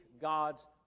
God's